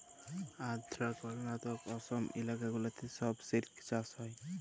আল্ধ্রা, কর্লাটক, অসম ইলাকা গুলাতে ছব সিল্ক চাষ হ্যয়